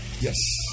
Yes